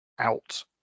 Out